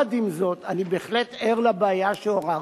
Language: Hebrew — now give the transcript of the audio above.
יחד עם זאת, אני בהחלט ער לבעיה שעוררת,